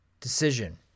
decision